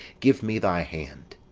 give me thy hand.